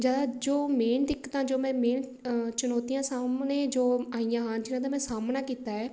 ਜ਼ਿਆਦਾ ਜੋ ਮੇਨ ਦਿੱਕਤਾਂ ਜੋ ਮੈਂ ਮੇਨ ਚੁਣੌਤੀਆਂ ਸਾਹਮਣੇ ਜੋ ਆਈਆਂ ਹਨ ਜਿਨ੍ਹਾਂ ਦਾ ਮੈਂ ਸਾਹਮਣਾ ਕੀਤਾ ਹੈ